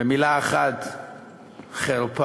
במילה אחת חרפה.